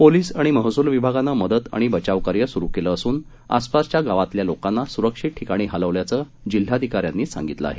police आणि महसूल विभागानं मदत आणि बचावकार्य सुरू केलं असून आसपासच्या गावांतल्या लोकांना सुरक्षित ठिकाणी हलवल्याचं जिल्हाधिकाऱ्यांनी सांगितलं आहे